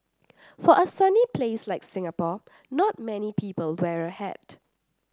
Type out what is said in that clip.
for a sunny place like Singapore not many people wear a hat